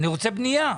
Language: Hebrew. אני רוצה בנייה.